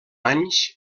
anys